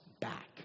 back